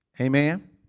Amen